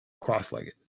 cross-legged